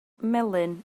melyn